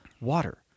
water